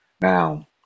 Now